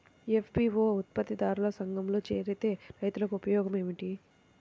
FPO ఉత్పత్తి దారుల సంఘములో చేరితే రైతులకు ఉపయోగము ఏమిటి?